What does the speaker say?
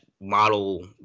model